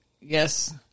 yes